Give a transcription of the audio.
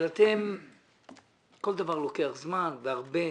אבל אצלכם כל דבר לוקח זמן והרבה.